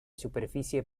superfície